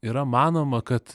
yra manoma kad